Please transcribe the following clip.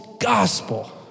gospel